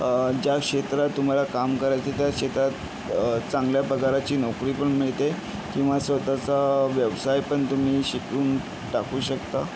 ज्या क्षेत्रात तुम्हाला काम करायचणआहे त्या क्षेत्रात चांगल्या पगाराची नोकरी पण मिळते किंवा स्वतःचा व्यवसाय पण तुम्ही शिकून टाकू शकता